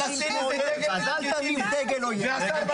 אז אל תניף דגל אויב.